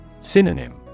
Synonym